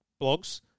blogs